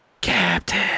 Captain